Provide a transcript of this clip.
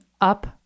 up